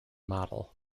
model